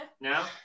now